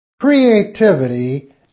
creativity